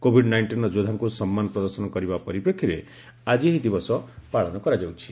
Covid ନାଇଣ୍ଟିନ୍ର ଯୋଦ୍ଧାଙ୍କୁ ସମ୍ମାନ ପ୍ରଦର୍ଶନ କରିବା ପରିପ୍ରେକ୍ଷୀରେ ଆଜି ଏହି ଦିବସ ପାଳନ କରାଯାଉଛି